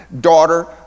daughter